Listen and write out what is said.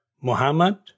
Muhammad